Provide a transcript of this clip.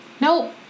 nope